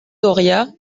doria